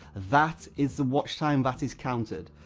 that is the watch time that is counted.